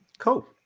Cool